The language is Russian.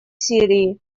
сирии